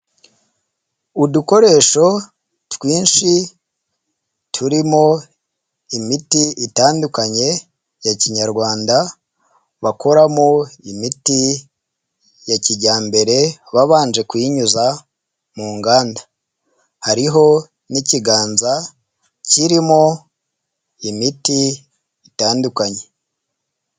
Udukoresho twinshi turimo imiti itandukanye ya kinyarwanda, bakoramo imiti ya kijyambere babanje kuyinyuza mu nganda, hariho n'ikiganza kirimo imiti itandukanye.